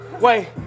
Wait